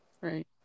right